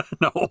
No